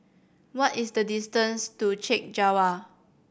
what is the distance to Chek Jawa